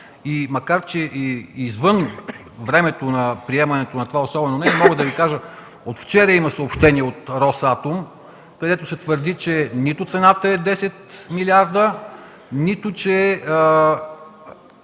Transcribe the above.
и макар че извън времето на приемането на това особено мнение, мога да Ви кажа, че от вчера има съобщение от „Росатом”, където се твърди, че нито цената е 10 милиарда, нито че